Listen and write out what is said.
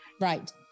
right